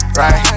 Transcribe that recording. right